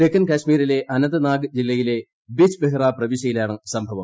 തെക്കൻ കശ്മീരിലെ അനന്ത്നാഗ് ജില്ലയിലെ ബിജ്ബെഹ്റ പ്രവിശ്യയിലാണ് സംഭവം